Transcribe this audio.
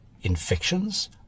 infections